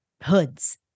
hoods